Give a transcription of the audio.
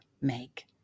make